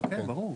כן.